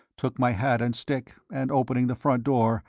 took my hat and stick, and opening the front door,